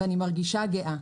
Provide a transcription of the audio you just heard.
ואני מרגישה גאה,